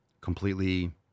completely